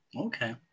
okay